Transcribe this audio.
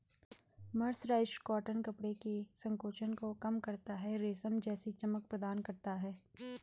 mercerised cotton कपड़े के संकोचन को कम करता है, रेशम जैसी चमक प्रदान करता है